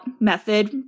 method